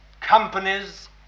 companies